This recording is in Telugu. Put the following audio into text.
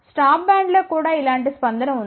స్టాప్ బ్యాండ్లో కూడా ఇలాంటి స్పందన ఉంది